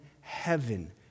heaven